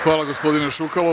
Hvala gospodine Šukalo.